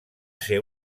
ser